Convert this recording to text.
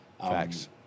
Facts